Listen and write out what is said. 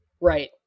right